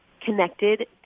connected